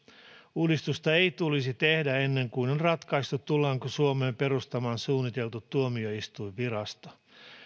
uudistusta ei tulisi tehdä ennen kuin on ratkaistu tullaanko suomeen perustamaan suunniteltu tuomioistuinvirasto